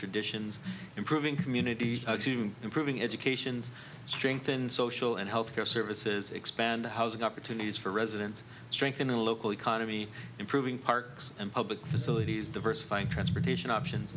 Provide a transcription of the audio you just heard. conditions improving communities improving education strengthen social and health care services expand housing opportunities for residents strengthen the local economy improving parks and public facilities diversifying transportation options